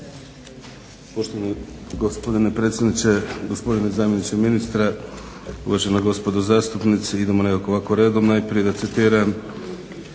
Poštovani gospodine predsjedniče, gospodine zamjeniče ministra, uvažena gospodo zastupnici. Idemo nekako ovako redom. Najprije da citiram